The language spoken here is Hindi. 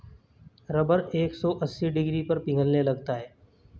रबर एक सौ अस्सी डिग्री पर पिघलने लगता है